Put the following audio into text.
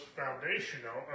foundational